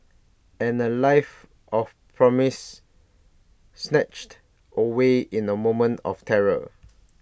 and A life of promise snatched away in A moment of terror